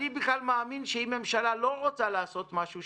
אני בכלל מאמין שאם הממשלה לא רוצה לעשות משהו,